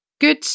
good